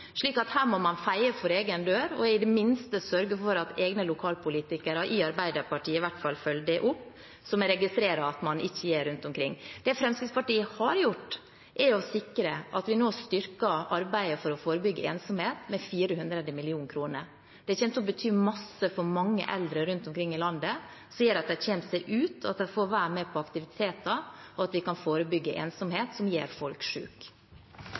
Her må man feie for egen dør og i det minste sørge for at egne lokalpolitikere i Arbeiderpartiet i hvert fall følger det opp, noe jeg registrerer at man ikke gjør rundt omkring. Det Fremskrittspartiet har gjort, er å sikre at vi nå styrker arbeidet for å forebygge ensomhet med 400 mill. kr. Det kommer til å bety masse for mange eldre rundt omkring i landet, og gjør at de kommer seg ut og får være med på aktiviteter, og at vi kan forebygge ensomhet som gjør folk